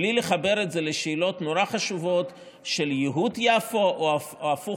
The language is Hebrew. בלי לחבר את זה לשאלות חשובות מאוד של ייהוד יפו או הפוך,